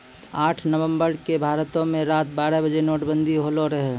आठ नवम्बर के भारतो मे रात बारह बजे नोटबंदी होलो रहै